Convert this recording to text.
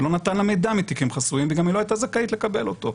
לא נתן לה מידע מתיקים חסויים וגם היא לא הייתה זכאית לקבל אותו.